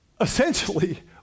Essentially